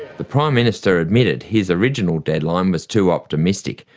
the prime minister admitted his original deadline was too optimistic,